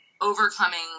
overcoming